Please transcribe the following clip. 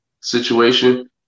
situation